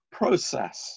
process